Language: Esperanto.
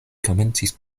komencis